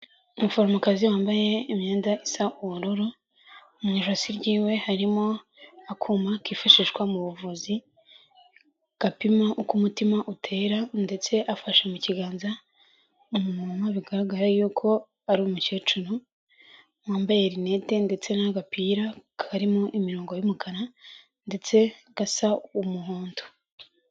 Umuforomokazi wambaye imyenda isa ubururu, mu ijosi ryiwe harimo akuma kifashishwa mu buvuzi gapima uko umutima utera, ndetse afashe mu kiganza umumama bigaragara yuko ari umukecuru wambaye rinete ndetse n'agapira karimo imirongo y'umukara ndetse gasa umuhondo.